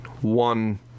one